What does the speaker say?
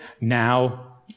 Now